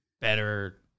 better